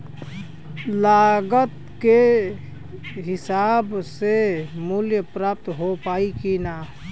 लागत के हिसाब से मूल्य प्राप्त हो पायी की ना?